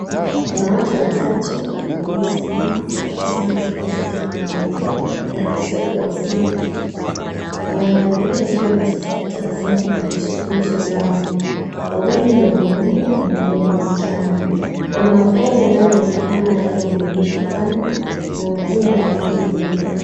Kuna watu watatu waliosimama wakitazama kifaa cha teknolojia inakisiwa kuwa simu. Wanaangalia wakiwa na sasa watabasamu kwa nyuso zao. Wawili ni wanaume na mmoja ni msichana. Kuna magari yanayoonekana yakiwa yameegeshwa kando, na majumba ya rangi nyeupe.